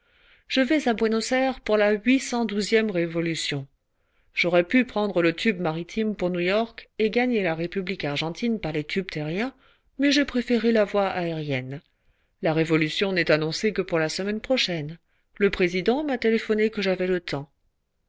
je vais à buenos-ayres pour la huit cent douzième révolution j'aurais pu prendre le tube maritime pour new-york et gagner la république argentine par les tubes terriens mais j'ai préféré la voie aérienne la révolution n'est annoncée que pour la semaine prochaine le président m'a téléphoné que j'avais le temps